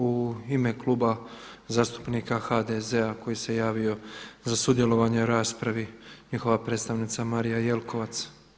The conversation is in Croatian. U ime Kluba zastupnika HDZ-a koji se javio za sudjelovanje u raspravi njihova predstavnica Marija Jelkovac.